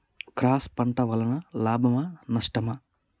Cross పంట వలన లాభమా నష్టమా?